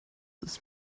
ist